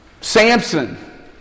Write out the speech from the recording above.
Samson